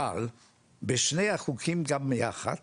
אבל בשני החוקים גם יחד